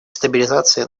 стабилизации